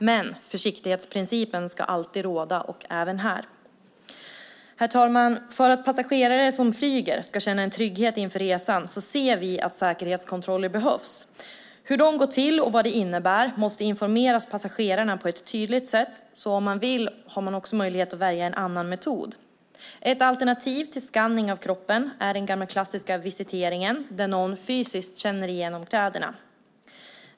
Men försiktighetsprincipen ska alltid råda, alltså även här. Herr talman! För att flygpassagerare ska känna trygghet inför en resa ser vi att säkerhetskontroller behövs. Hur dessa går till och vad de innebär måste passagerarna på ett tydligt sätt informeras om så att man, om man så vill, har möjlighet att välja en annan metod. Ett alternativ till kroppsskanning är den gamla klassiska visiteringen, att någon fysiskt känner igenom kläderna.